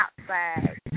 outside